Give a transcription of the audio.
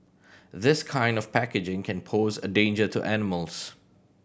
this kind of packaging can pose a danger to animals